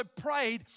prayed